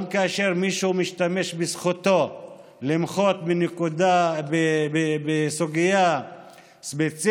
גם כאשר מישהו משתמש בזכותו למחות על סוגיה ספציפית